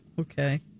okay